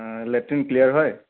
ও latrine clear হয়